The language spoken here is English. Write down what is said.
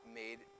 made